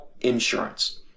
insurance